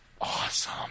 awesome